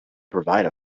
provide